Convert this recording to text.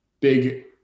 big